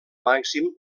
màxim